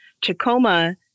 Tacoma